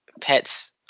pets